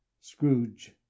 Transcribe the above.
scrooge